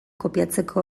kopiatzeko